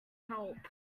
help